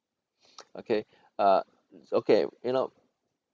okay uh okay you know